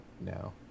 no